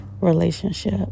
relationship